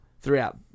throughout